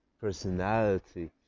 personality